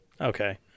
okay